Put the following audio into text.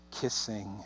kissing